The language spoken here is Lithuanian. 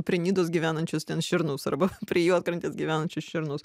prie nidos gyvenančius ten šernus arba prie juodkrantės gyvenančius šernus